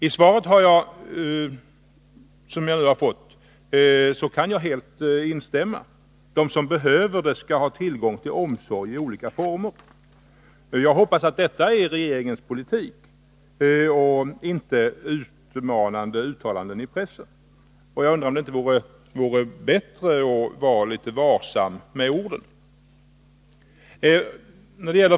Jag kan helt instämma i det svar som jag nu fått att de som behöver vård och omsorg skall ha tillgång till sådana i olika former. Jag hoppas att detta och inte utmanande uttalanden i pressen är regeringens politik. Jag undrar om det inte vore bättre att vara litet varsam med orden.